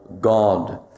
God